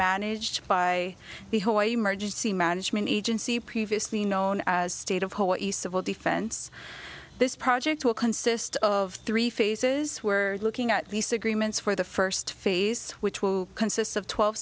managed by the hawaii emergency management agency previously known as state of hawaii civil defense this project will consist of three phases we're looking at lease agreements for the first phase which will consist of twelve